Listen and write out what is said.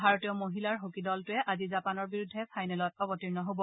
ভাৰতীয় মহিলাৰ হকী দলটোৱে আজি জাপানৰ বিৰুদ্ধে ফাইনেলত অৱতীৰ্ণ হব